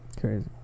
Crazy